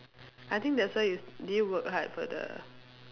I think that's why you did you work hard for the